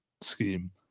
scheme